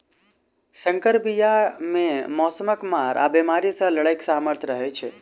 सँकर बीया मे मौसमक मार आ बेमारी सँ लड़ैक सामर्थ रहै छै